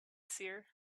seer